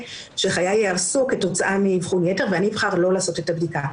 שחיי יהרסו כתוצאה מאבחון יתר ואני אבחר לא לעשות את הבדיקה,